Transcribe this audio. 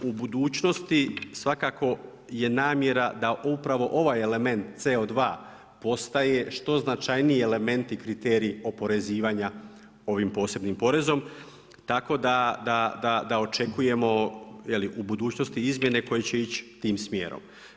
U budućnosti svakako je namjera da upravo ovaj element CO2 postaje što značajniji element i kriterij oporezivanja ovim posebnim porezom tako da očekujemo u budućnosti izmjene koje će ići tim smjerom.